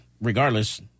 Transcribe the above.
regardless